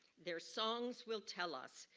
their songs will tell us,